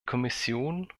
kommission